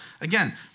again